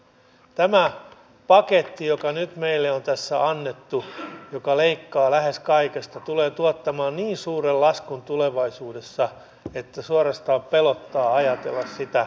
tämä paketti joka nyt meille on tässä annettu joka leikkaa lähes kaikesta tulee tuottamaan niin suuren laskun tulevaisuudessa että suorastaan pelottaa ajatella sitä